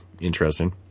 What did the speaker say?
Interesting